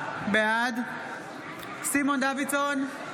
בעד סימון דוידסון,